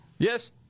Yes